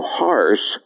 harsh